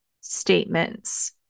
statements